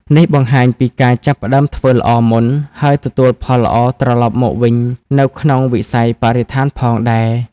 នេះបង្ហាញពីការចាប់ផ្តើមធ្វើល្អមុន ហើយទទួលផលល្អត្រឡប់មកវិញ នៅក្នុងវិស័យបរិស្ថានផងដែរ។